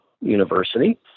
University